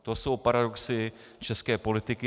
To jsou paradoxy české politiky.